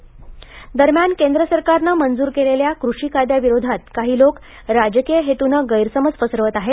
नाशिक दरम्यान केंद्र सरकारने मंजूर केलेल्या कृषी कायद्याविरोधात काही लोक राजकीय हेतूने गैरसमज पसरवत आहेत